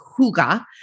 huga